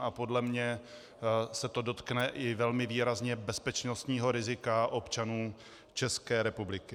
A podle mě se to dotkne i velmi výrazně bezpečnostního rizika občanů České republiky.